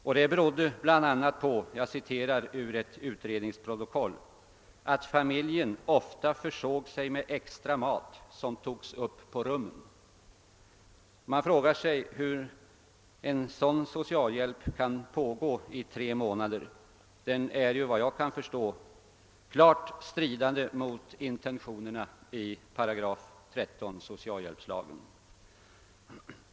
Att beloppet blev så stort berodde enligt ett utredningsprotokoll bl.a. på »att familjen ofta försåg sig med extra mat som togs upp på rummen«. Man frågar sig hur en sådan socialhjälp kunde pågå i tre månader — den strider enligt var jag kan förstå klart mot intentionerna i 13 8 lag om socialhjälp.